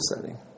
setting